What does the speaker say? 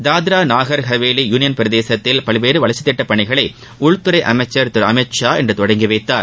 Dadra Nagar Haveli union பிரதேசத்தில் பல்வேறு வளர்ச்சி திட்டப்பணிகளை உள்துறை அமைச்சர் திரு அமித்ஷா இன்று தொடங்கிவைத்தார்